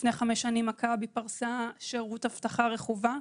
לפני חמש שנים מכבי פרסה שירות אבטחה רכובה.